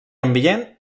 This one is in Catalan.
ambient